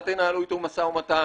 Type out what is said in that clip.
אל תנהלו איתו משא ומתן,